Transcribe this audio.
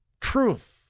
truth